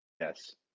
Yes